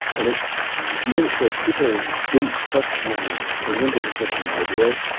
and it made it so people didn't trust my opinion, didn't trust my ideas,